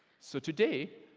so today,